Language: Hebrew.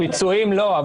הפיצויים לא,